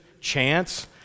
chance